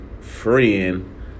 friend